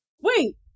Wait